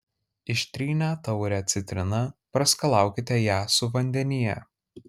ištrynę taurę citrina praskalaukite ją su vandenyje